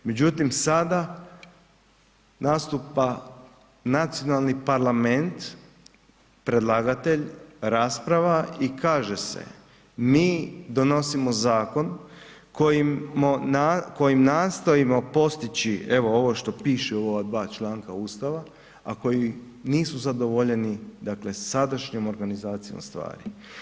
Međutim, sada nastupa nacionalni parlament, predlagatelj, rasprava i kaže se, mi donosimo zakon kojim nastojimo postići evo ovo što piše u ova dva članka Ustava a koji nisu zadovoljeni dakle sadašnjom organizacijom stvari.